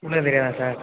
உள்ளே தெரியாதா சார்